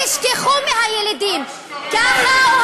תשכחו מהילידים, מה השקרים האלה?